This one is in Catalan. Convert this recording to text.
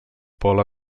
pola